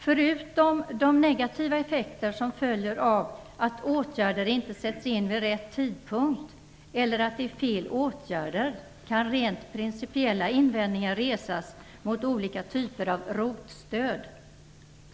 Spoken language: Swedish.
Förutom de negativa effekterna av att åtgärder inte sätts in vid rätt tidpunkt eller av att det är fråga om fel åtgärder kan rent principiella invändningar resas mot olika typer av ROT-stöd.